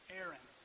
Aaron